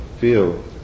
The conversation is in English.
feel